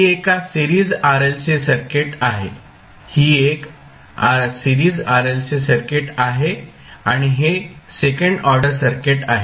ही एका series RLC circuit आहे आणि हे सेकंड ऑर्डर सर्किट आहे